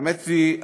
האמת היא,